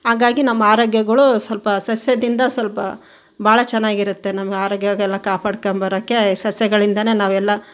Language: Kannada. ಹಾಗಾಗಿ ನಮ್ಮ ಆರೋಗ್ಯಗಳು ಸ್ವಲ್ಪ ಸಸ್ಯದಿಂದ ಸ್ವಲ್ಪ ಬಹಳ ಚೆನ್ನಾಗಿರುತ್ತೆ ನಮ್ಮ ಆರೋಗ್ಯವೆಲ್ಲ ಕಾಪಾಡ್ಕಂಬರಕ್ಕೆ ಸಸ್ಯಗಳಿಂದಲೇ ನಾವು ಎಲ್ಲ